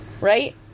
Right